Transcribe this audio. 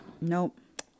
Nope